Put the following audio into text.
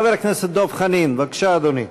חבר הכנסת דב חנין, בבקשה, אדוני,